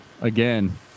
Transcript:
Again